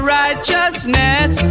righteousness